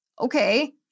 Okay